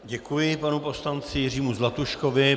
Děkuji panu poslanci Jiřímu Zlatuškovi.